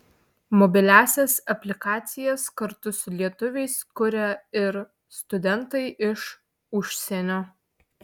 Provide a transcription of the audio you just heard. mobiliąsias aplikacijas kartu su lietuviais kuria ir studentai iš užsienio